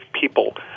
people